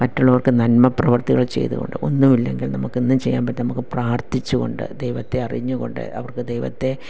മറ്റുള്ളവർക്ക് നന്മ പ്രവർത്തികള് ചെയ്തുകൊണ്ട് ഒന്നു ഇല്ലങ്കിൽ നമുക്ക് ഒന്നും ചെയ്യാൻ പറ്റും നമുക്ക് പ്രാർത്ഥിച്ചുകൊണ്ട് ദൈവത്തെ അറിഞ്ഞുകൊണ്ട് അവർക്ക് ദൈവത്തെ